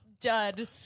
dud